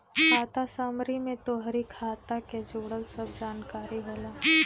खाता समरी में तोहरी खाता के जुड़ल सब जानकारी होला